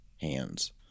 hands